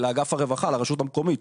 לרשות המקומית,